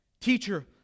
Teacher